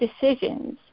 decisions